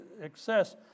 excess